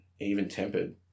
even-tempered